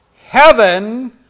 heaven